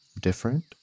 different